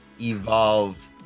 evolved